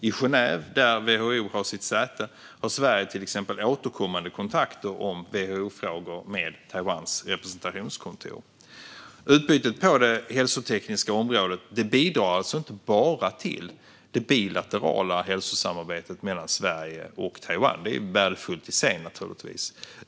I Genève, där WHO har sitt säte, har Sverige till exempel återkommande kontakter om WHO-frågor med Taiwans representationskontor. Utbytet på det hälsotekniska området bidrar alltså inte bara till det bilaterala hälsosamarbetet mellan Sverige och Taiwan, vilket naturligtvis är värdefullt i sig.